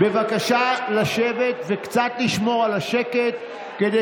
בבקשה לשבת וקצת לשמור על השקט, כדי